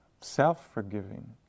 self-forgiving